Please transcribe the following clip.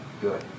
good